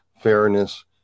fairness